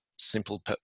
Simple